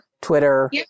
Twitter